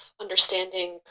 understanding